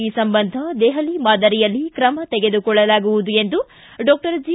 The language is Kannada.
ಈ ಸಂಬಂಧ ದೆಹಲಿ ಮಾದರಿಯಲ್ಲಿ ಕ್ರಮ ತೆಗೆದುಕೊಳ್ಳಲಾಗುವುದು ಎಂದು ಡಾಕ್ವರ್ ಜಿ